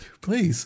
please